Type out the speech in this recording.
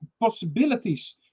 possibilities